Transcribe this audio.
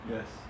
Yes